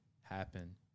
happen